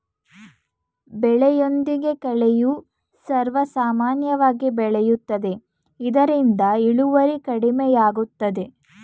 ಬೆಳೆಯೊಂದಿಗೆ ಕಳೆಯು ಸರ್ವೇಸಾಮಾನ್ಯವಾಗಿ ಬೆಳೆಯುತ್ತದೆ ಇದರಿಂದ ಇಳುವರಿ ಕಡಿಮೆಯಾಗುತ್ತದೆ